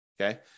Okay